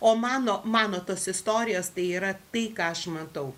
o mano mano tos istorijos tai yra tai ką aš matau